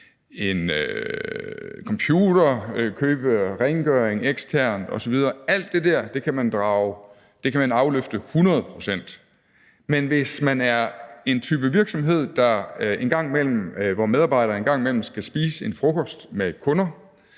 en computer, købe rengøring eksternt osv. – kan afløfte det 100 pct. Men hvis man er en type virksomhed, hvor medarbejdere engang imellem skal spise en frokost med kunder,